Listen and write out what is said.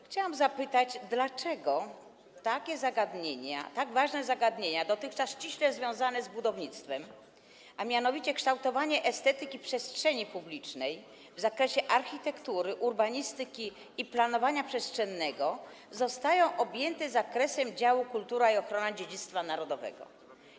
Chciałam zapytać, dlaczego zagadnienia, tak ważne zagadnienia, dotychczas ściśle związane z budownictwem, a mianowicie kształtowanie estetyki przestrzeni publicznej w zakresie architektury, urbanistyki i planowania przestrzennego, zostają objęte zakresem działu: kultura i ochrona dziedzictwa narodowego?